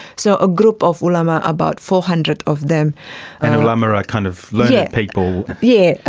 so a group of ulama, about four hundred of them and ulama are kind of learned yeah people. yeah